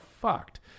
fucked